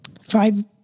five